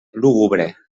lúgubre